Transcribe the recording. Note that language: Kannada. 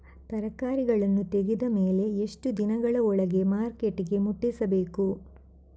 ತರಕಾರಿಗಳನ್ನು ತೆಗೆದ ಮೇಲೆ ಎಷ್ಟು ದಿನಗಳ ಒಳಗೆ ಮಾರ್ಕೆಟಿಗೆ ಮುಟ್ಟಿಸಬೇಕು?